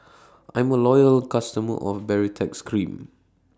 I'm A Loyal customer of Baritex Cream